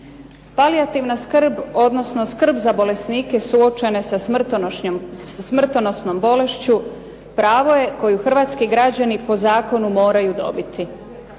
Palijativna skrb odnosno skrb za bolesnike suočene sa smrtonosnom bolešću pravo je koju Hrvatski građani po zakonu moraju dobiti,